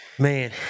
Man